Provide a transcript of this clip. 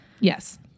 Yes